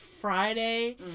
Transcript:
friday